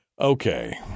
Okay